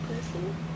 person